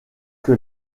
que